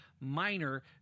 minor